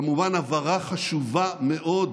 הבהרה חשובה מאוד